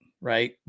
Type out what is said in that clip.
right